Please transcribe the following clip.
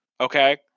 Okay